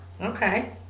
Okay